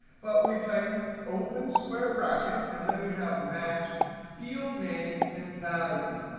but we type open square bracket and then we have matched field names and values.